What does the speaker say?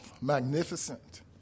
magnificent